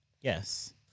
Yes